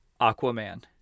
Aquaman